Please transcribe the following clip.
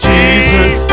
Jesus